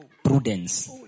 Prudence